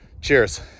cheers